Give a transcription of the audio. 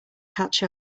catch